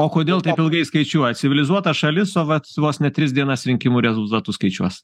o kodėl taip ilgai skaičiuoja civilizuota šalis o vat vos ne tris dienas rinkimų rezultatus skaičiuos